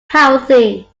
healthy